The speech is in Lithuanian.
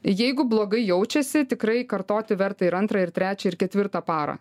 jeigu blogai jaučiasi tikrai kartoti verta ir antrą ir trečią ir ketvirtą parą